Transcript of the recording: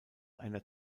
einer